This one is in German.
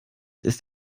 ist